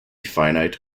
finite